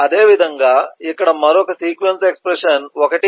అదేవిధంగా ఇక్కడ మరొక సీక్వెన్స్ ఎక్స్ప్రెషన్ 1